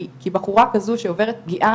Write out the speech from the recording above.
כי בחורה כזו שעוברת פגיעה,